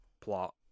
plot